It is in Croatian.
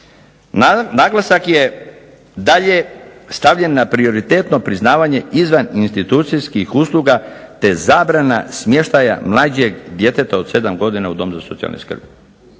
Naglasak je dalje stavljen na prioritetno priznavanja izvaninstitucijskih usluga, te zabrana smještaja mlađeg djeteta od 7 godina u dom za socijalnu skrb.